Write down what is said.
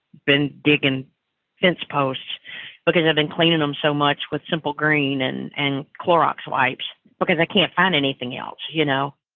been digging fence posts because i've been cleaning them so much with simple green and and clorox wipes because i can't find anything else, you know?